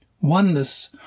Oneness